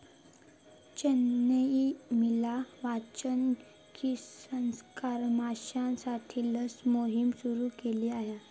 चेन्नईत मिया वाचलय की सरकारना माश्यांसाठी लस मोहिम सुरू केली हा